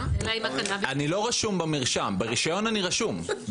אני לא רשום במרשם ברישיון אני רשום,